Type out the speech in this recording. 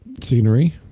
scenery